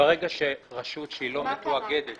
ברגע שרשות שהיא לא מתואגדת